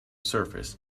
surface